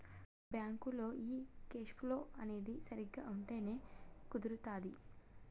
బ్యాంకులో ఈ cash flow అనేది సరిగ్గా ఉంటేనే కుదురుతాది